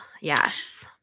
yes